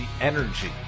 Energy